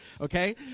okay